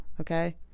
okay